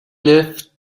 left